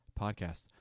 podcast